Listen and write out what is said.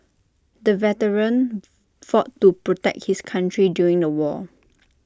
the veteran fought to protect his country during the war